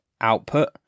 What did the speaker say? output